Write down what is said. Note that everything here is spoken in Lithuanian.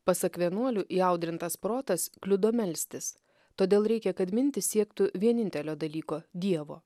pasak vienuolių įaudrintas protas kliudo melstis todėl reikia kad mintys siektų vienintelio dalyko dievo